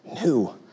New